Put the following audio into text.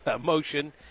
motion